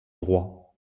droit